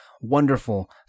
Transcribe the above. wonderful